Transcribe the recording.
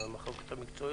במחלוקות המקצועיות,